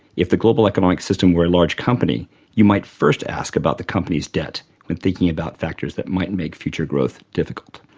if the global economic system were a large company you might first ask about the company's debt when thinking about factors that might and make future growth difficult.